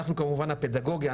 אנחנו כמובן הפדגוגיה,